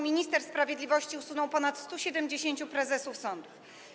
Minister sprawiedliwości usunął ponad 170 prezesów sądów.